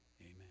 Amen